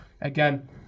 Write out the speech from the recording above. again